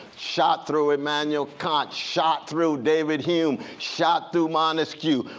shot through immanuel kant. shot through david hume. shot through montesquieu.